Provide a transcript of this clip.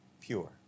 pure